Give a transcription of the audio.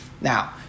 Now